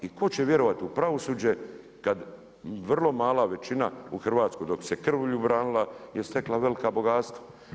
I tko će vjerovati u pravosuđe kad vrlo mala većina u Hrvatskoj dok se krvlju branila je stekla velika bogatstva.